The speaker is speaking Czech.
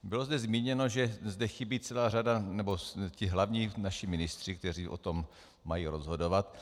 Bylo zde zmíněno, že zde chybí celá řada, nebo ti hlavní naši ministři, kteří o tom mají rozhodovat.